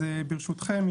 ברשותכם,